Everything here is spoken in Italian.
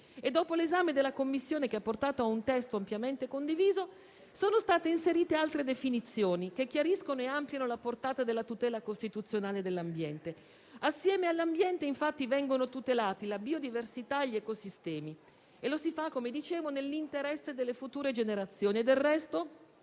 dopo l'esame della Commissione che ha portato a un testo ampiamente condiviso, sono state inserite altre definizioni che chiariscono e ampliano la portata della tutela costituzionale dell'ambiente. Assieme all'ambiente, infatti, vengono tutelati la biodiversità e gli ecosistemi e lo si fa, come dicevo, nell'interesse delle future generazioni.